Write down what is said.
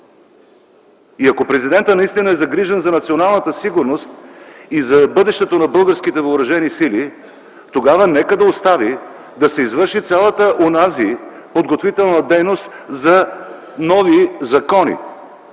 И ако президентът наистина е загрижен за националната сигурност и за бъдещето на българските Въоръжени сили тогава нека да остави да се извърши цялата онази подготвителна дейност за нови закони.